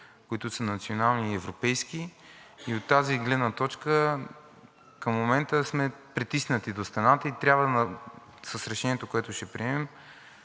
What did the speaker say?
които са национални и европейски. От тази гледна точка към момента сме притиснати до стената и трябва с решението, което ще приемем,